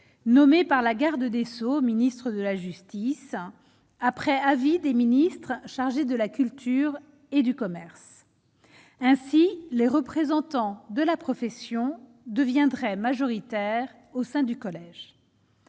nommées par la garde des Sceaux, ministre de la Justice a après avis des ministres chargés de la culture et du commerce, ainsi les représentants de la profession deviendrait majoritaire au sein du collège